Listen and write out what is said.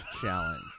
challenge